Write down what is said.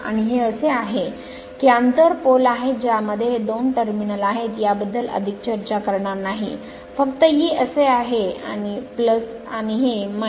आणि हे असे आहे की हे आंतर pole आहेत ज्यामध्ये हे दोन टर्मिनल आहेत याबद्दल अधिक चर्चा करणार नाही फक्त हे हे असे आहे आणि हे आहे